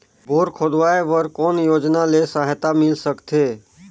Bore खोदवाय बर कौन योजना ले सहायता मिल सकथे?